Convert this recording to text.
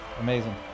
Amazing